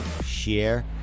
share